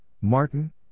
Martin